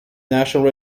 national